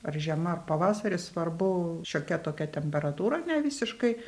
ar žiema ar pavasaris svarbu šiokia tokia temperatūra ne visiškai